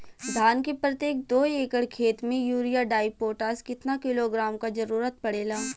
धान के प्रत्येक दो एकड़ खेत मे यूरिया डाईपोटाष कितना किलोग्राम क जरूरत पड़ेला?